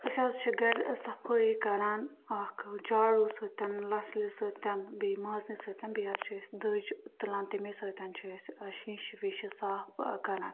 أسۍ حظ چھِ گھرِ ٲں صفٲیی کَران اَکھ جاڑو سۭتۍ لژھلہِ سۭتۍ بیٚیہِ مازنہِ سۭتۍ بیٚیہِ حظ چھِ أسۍ دٔجۍ تُلان تٔمے سۭتۍ چھِ أسۍ ٲں شیٖشہِ ویٖشہِ صاف ٲں کَران